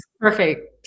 perfect